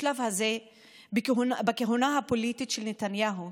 בשלב הזה בכהונה הפוליטית של נתניהו,